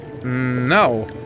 No